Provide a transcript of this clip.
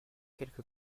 quelque